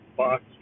box